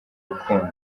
rukundo